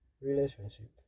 relationship